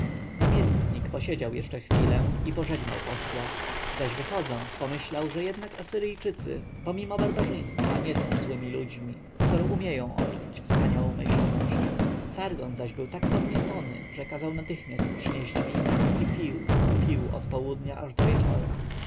namiestnik siedział jeszcze chwilę i pożegnał posła zaś wychodząc pomyślał że jednak asyryjczycy pomimo barbarzyństwa nie są złymi ludźmi skoro umieją odczuć wspaniałomyślność sargon zaś był tak podniecony że kazał natychmiast przynieść wina i pił pił od południa aż do wieczora